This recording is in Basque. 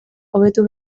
hobetu